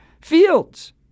fields